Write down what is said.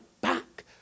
back